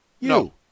No